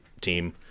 team